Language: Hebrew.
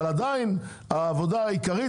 אבל עדיין העבודה העיקרית,